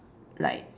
like